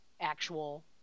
actual